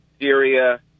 Syria